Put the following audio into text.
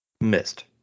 missed